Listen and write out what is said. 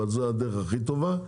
אבל זאת הדרך הכי טובה,